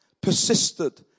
persisted